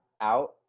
out